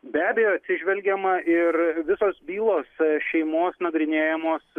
be abejo atsižvelgiama ir visos bylos šeimos nagrinėjamos